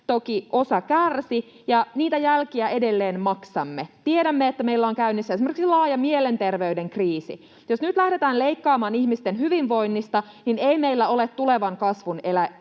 toki osa kärsi, ja niitä jälkiä edelleen maksamme. Tiedämme, että meillä on käynnissä esimerkiksi laaja mielenterveyden kriisi. Jos nyt lähdetään leikkaamaan ihmisten hyvinvoinnista, niin ei meillä ole tulevan kasvun eväitä.